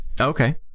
Okay